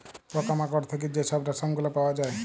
পকা মাকড় থ্যাইকে যে ছব রেশম গুলা পাউয়া যায়